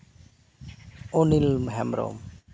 Anil Hembrom